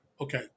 okay